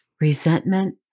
resentment